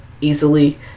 easily